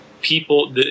people